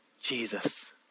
Jesus